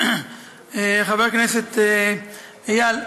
חבר הכנסת איל,